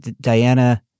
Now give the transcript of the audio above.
Diana